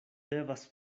devas